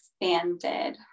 expanded